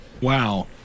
Wow